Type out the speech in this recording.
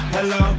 Hello